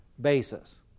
basis